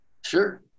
Sure